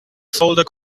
folder